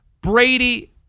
Brady